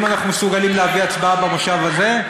אם אנחנו מסוגלים להביא הצבעה במושב הזה,